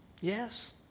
Yes